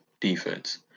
defense